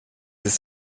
ist